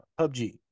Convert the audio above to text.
PUBG